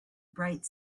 bright